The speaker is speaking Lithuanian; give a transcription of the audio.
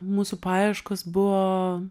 mūsų paieškos buvo